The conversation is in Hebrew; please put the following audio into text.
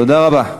תודה רבה.